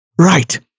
right